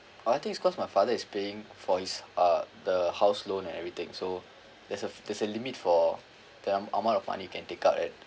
oh I think it's cause my father is paying for his uh the house loan and everything so there's a there's a limit for the amount of money you can take out at